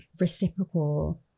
reciprocal